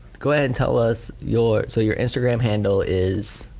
go ahead and tell us your, so your instagram handle is?